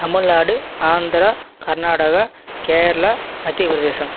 Tamil Nadu Andhra Karnataka Kerala Madhya Pradesh